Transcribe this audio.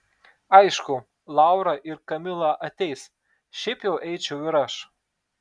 aišku laura ir kamila ateis šiaip jau eičiau ir aš